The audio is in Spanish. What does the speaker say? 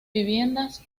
viviendas